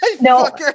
No